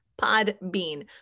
Podbean